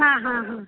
हां हां हां